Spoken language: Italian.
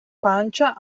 pancia